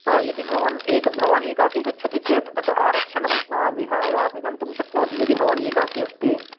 यदि भवान् एक भवान् एकाकी गच्छति चेत् तत्र आरक्षणं विहाय अपि गन्तुं शक्नोति यदि भवान् एकाकी अस्ति